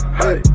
hey